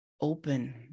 open